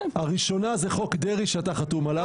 הראשונה זה חוק דרעי שאתה חתום עליו.